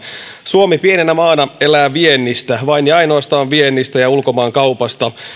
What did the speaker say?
suomi pienenä maana elää viennistä vain ja ainoastaan viennistä ja ulkomaankaupasta